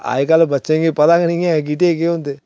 अजकल बच्चें गी पता गै निं ऐ गीटे केह् होंदे